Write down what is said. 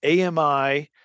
AMI